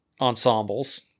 ensembles